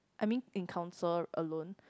I mean in council alone